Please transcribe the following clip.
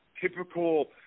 typical